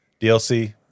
DLC